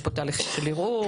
יש פה תהליכים של ערעור.